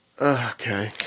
okay